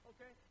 Okay